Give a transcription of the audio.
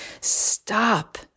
stop